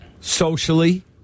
socially